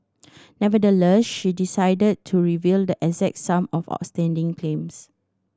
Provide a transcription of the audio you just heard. nevertheless she decided to reveal the exact sum of outstanding claims